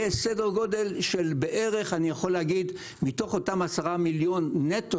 יהיה סדר גודל של בערך מתוך אותם 10 מיליון נטו